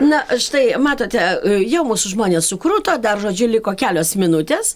na štai matote jau mūsų žmonės sukruto dar žodžiu liko kelios minutės